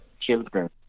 Children